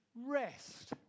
rest